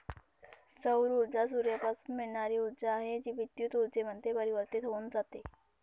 सौर ऊर्जा सूर्यापासून मिळणारी ऊर्जा आहे, जी विद्युत ऊर्जेमध्ये परिवर्तित होऊन जाते